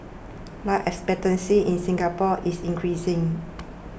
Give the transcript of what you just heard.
life expectancy in Singapore is increasing